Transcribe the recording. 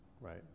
Right